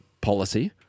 policy